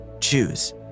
Choose